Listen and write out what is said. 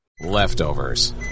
Leftovers